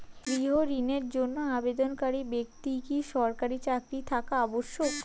গৃহ ঋণের জন্য আবেদনকারী ব্যক্তি কি সরকারি চাকরি থাকা আবশ্যক?